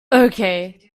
okay